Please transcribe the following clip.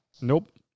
Nope